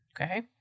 Okay